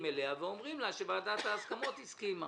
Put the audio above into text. אליה ואומרים לה שוועדת ההסכמות הסכימה.